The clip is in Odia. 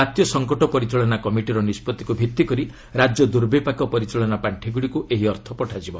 ଜାତୀୟ ସଂକଟ ପରିଚାଳନା କମିଟିର ନିଷ୍ପଭିକ୍ ଭିତ୍ତି କରି ରାଜ୍ୟ ଦୂର୍ବିପାକ ପରିଚାଳନା ପାର୍ଷିଗୁଡ଼ିକୁ ଏହି ଅର୍ଥ ପଠାଯିବ